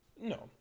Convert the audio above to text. No